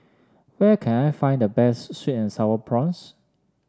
where can I find the best sweet and sour prawns